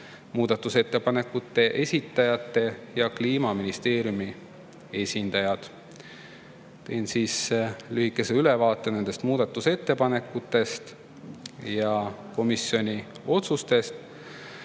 muudatusettepanekute esitajate ja Kliimaministeeriumi esindajad. Teen lühikese ülevaate muudatusettepanekutest ja komisjoni otsustest.